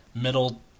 middle